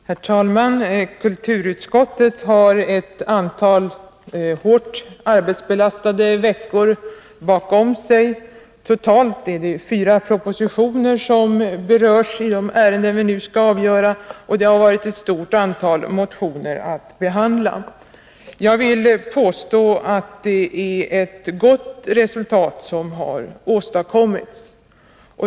Herr talman! Kulturutskottet har ett antal hårt arbetsbelastade veckor bakom sig. Totalt berörs fyra propositioner i de ärenden som vi nu skall avgöra. Det har varit ett stort antal motioner att behandla. Jag vill påstå att det är ett gott resultat som har åstadkommits.